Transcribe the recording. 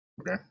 Okay